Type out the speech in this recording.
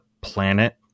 planet